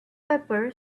pepper